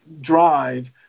drive